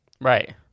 right